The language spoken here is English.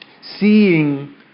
seeing